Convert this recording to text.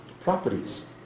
properties